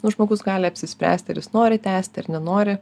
nu žmogus gali apsispręsti ar jis nori tęsti ar nenori